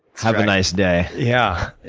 have a nice day. yeah,